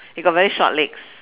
he got very short legs